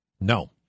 No